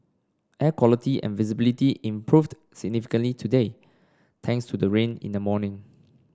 air quality and visibility improved significantly today thanks to the rain in the morning